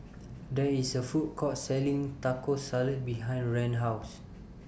There IS A Food Court Selling Taco Salad behind Rand's House